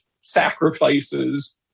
sacrifices